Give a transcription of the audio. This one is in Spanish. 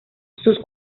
sus